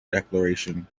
declaration